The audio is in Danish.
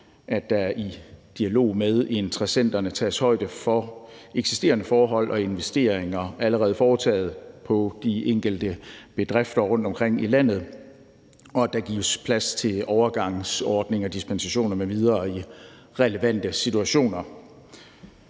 at der i dialog med interessenterne tages højde for eksisterende forhold og investeringer, der allerede er foretaget på de enkelte bedrifter rundtomkring i landet, og at der gives plads til overgangsordninger, dispensationer m.v. i relevante situationer.